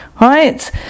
Right